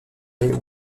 les